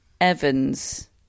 Evans